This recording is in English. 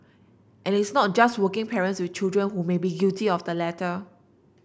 and it's not just working parents with children who may be guilty of the latter